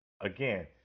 again